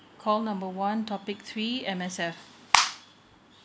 call number one topic three M_S_F